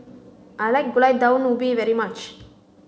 I like Gulai Daun Ubi very much